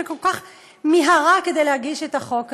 שכל כך מיהרה כדי להגיש את החוק הזה?